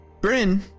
Bryn